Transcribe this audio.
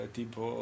tipo